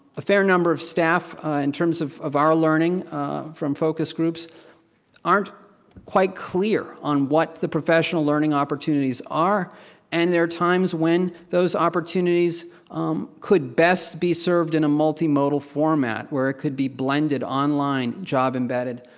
a fair number of staff in terms of of our learning from focus groups aren't quite clear on what the professional learning opportunities are and there are times when those opportunities could best be served in a multi-modal format where it could be blended online job-embedded,